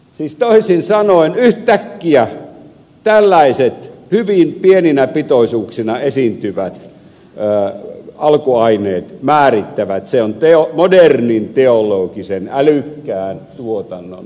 siis toisin sanoen yhtäkkiä tällaiset hyvin pieninä pitoisuuksina esiintyvät alkuaineet määrittävät modernin teologisen älykkään tuotannon tason